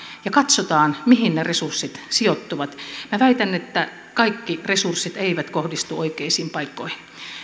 ja katsotaan mihin ne resurssit sijoittuvat minä väitän että kaikki resurssit eivät kohdistu oikeisiin paikkoihin